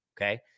okay